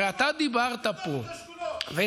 הרי אתה דיברת פה וצעקת.